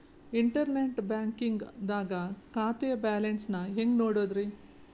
Internet banking ದಾಗ ಖಾತೆಯ balance ನ ಹೆಂಗ್ ನೋಡುದ್ರಿ?